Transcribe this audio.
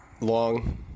long